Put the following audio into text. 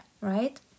right